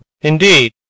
Indeed